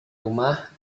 rumah